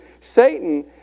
Satan